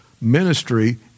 ministry